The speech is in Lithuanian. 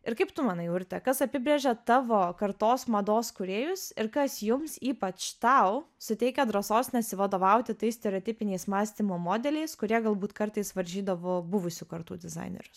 ir kaip tu manai urte kas apibrėžia tavo kartos mados kūrėjus ir kas jums ypač tau suteikia drąsos nesivadovauti tais stereotipiniais mąstymo modeliais kurie galbūt kartais varžydavo buvusių kartų dizainerius